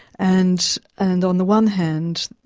and and on the one hand,